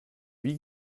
wie